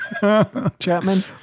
Chapman